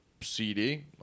CD